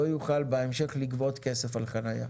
לא יוכל בהמשך לגבות כסף על חניה.